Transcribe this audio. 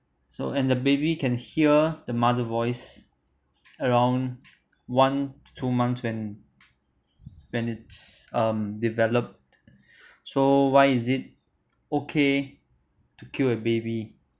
so and the baby can hear the mother voice around one two months when when it's um developed so why is it okay to kill a baby